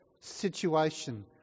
situation